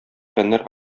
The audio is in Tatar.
фәннәр